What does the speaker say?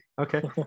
Okay